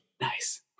Nice